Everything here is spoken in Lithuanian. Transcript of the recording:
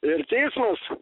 ir teismas